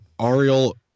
Ariel